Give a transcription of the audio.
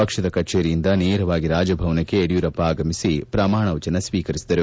ಪಕ್ಷದ ಕಚೇರಿಯಿಂದ ನೇರವಾಗಿ ರಾಜಭವನಕ್ಕೆ ಯಡಿಯೂರಪ್ಪ ಆಗಮಿಸಿ ಪ್ರಮಾಣವಚನ ಸ್ವೀಕರಿಸಿದರು